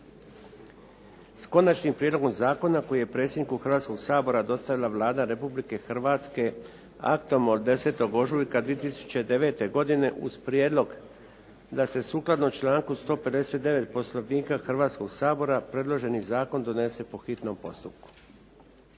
s Konačnim prijedlogom zakona koji predsjedniku Hrvatskog sabora dostavila Vlada Republike Hrvatske aktom od 10. ožujka 2009. godine uz prijedlog da se sukladno članku 159. Poslovnika Hrvatskog sabora predloženi zakon donese po hitnom postupku.